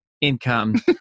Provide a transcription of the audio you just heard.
income